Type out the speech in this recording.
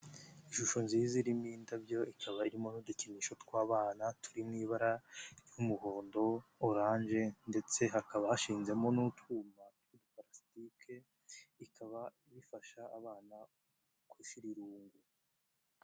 Ishusho nziza irimo indabyo, ikaba irimo n'udukinisho tw'abana turi mu ibara ry'umuhondo, oranje ndetse hakaba hashinzemo n'utwuma tw'udaparasikike bikaba bifasha abana gushira irungu.